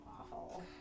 awful